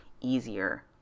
easier